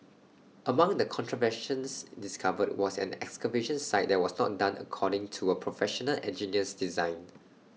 among the contraventions discovered was an excavation site that was not done according to A Professional Engineer's design